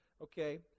Okay